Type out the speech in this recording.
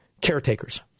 caretakers